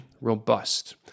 robust—